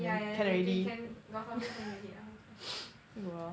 yeah yeah exactly can got something can already ah who cares